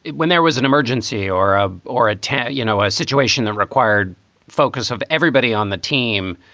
when there was an emergency or ah or attacked, you know, a situation that required focus of everybody on the team,